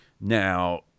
Now